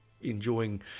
enjoying